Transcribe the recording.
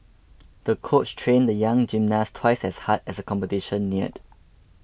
the coach trained the young gymnast twice as hard as the competition neared